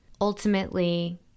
ultimately